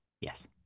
Yes